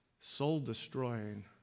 soul-destroying